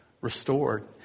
restored